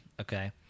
okay